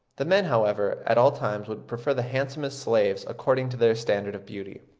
the men, however, at all times would prefer the handsomest slaves according to their standard of beauty.